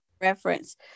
reference